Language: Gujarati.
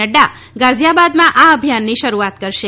નફા ગાઝિયાબાદમાં આ અભિયાનની શરૂઆત કરશે